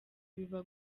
biba